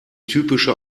typische